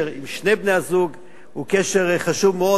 עם שני בני-הזוג הוא קשר חשוב מאוד.